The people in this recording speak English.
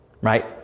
right